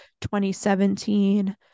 2017